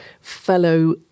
fellow